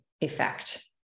effect